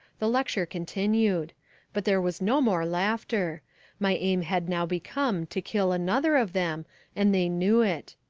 the lecture continued but there was no more laughter my aim had now become to kill another of them and they knew it.